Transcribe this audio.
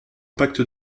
pacte